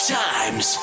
times